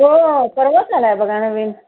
हो परवाच आला आहे बघा नवीन